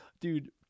dude